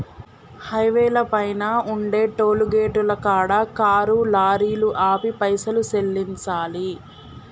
హైవేల పైన ఉండే టోలుగేటుల కాడ కారు లారీలు ఆపి పైసలు సెల్లించాలి